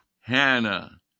Hannah